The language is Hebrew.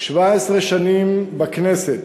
17 שנים בכנסת,